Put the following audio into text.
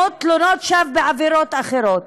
מתלונות שווא בעבירות אחרות.